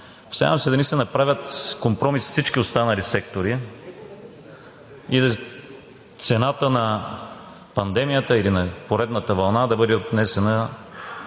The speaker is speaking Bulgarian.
Опасявам се да не се направят компромиси с всички останали сектори и цената на пандемията или на поредната вълна да бъде отнесена